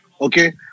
Okay